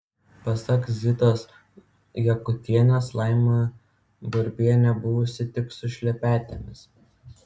pasak zitos jakutienės laima burbienė buvusi tik su šlepetėmis